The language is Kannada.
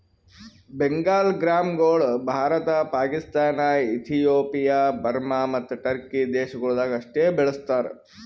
ಬೆಂಗಾಲ್ ಗ್ರಾಂಗೊಳ್ ಭಾರತ, ಪಾಕಿಸ್ತಾನ, ಇಥಿಯೋಪಿಯಾ, ಬರ್ಮಾ ಮತ್ತ ಟರ್ಕಿ ದೇಶಗೊಳ್ದಾಗ್ ಅಷ್ಟೆ ಬೆಳುಸ್ತಾರ್